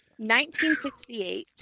1968